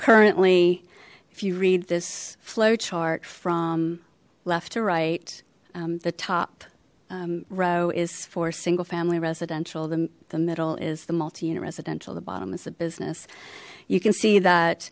currently if you read this flow chart from left to right the top row is for single family residential the the middle is the multi unit residential the bottom is a business you can see that